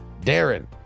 Darren